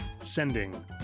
sending